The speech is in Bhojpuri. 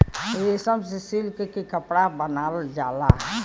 रेशम से सिल्क के कपड़ा बनावल जाला